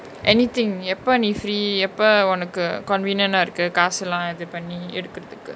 anything எப்ப நீ:eppa nee free எப்ப ஒனக்கு:eppa onaku convenient ah இருக்கு காசுலா இது பன்னி எடுகுரதுக்கு:iruku kaasulaa ithu panni edukurathuku